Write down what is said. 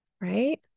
right